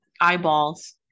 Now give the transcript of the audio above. eyeballs